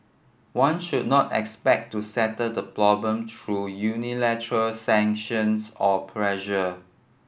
one should not expect to settle the problem through unilateral sanctions or pressure